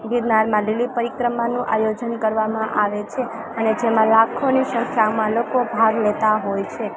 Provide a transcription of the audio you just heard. ગીરનારમાં લીલી પરિક્રમાનું આયોજન કરવામાં આવે છે અને જેમાં લાખોની સંખ્યામાં લોકો ભાગ લેતા હોય છે